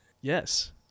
Yes